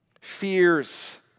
fears